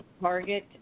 target